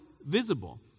visible